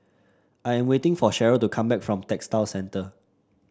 I am waiting for Sherryl to come back from Textile Centre